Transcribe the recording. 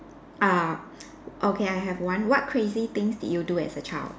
uh okay I have one what crazy things did you do as a child